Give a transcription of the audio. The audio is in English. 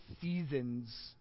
seasons